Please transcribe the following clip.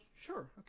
Sure